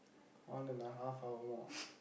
one and a half hour more